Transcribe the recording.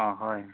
অঁ হয়